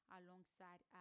alongside